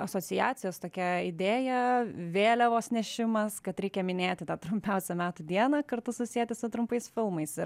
asociacijos tokia idėja vėliavos nešimas kad reikia minėti tą trumpiausią metų dieną kartu susieti su trumpais filmais ir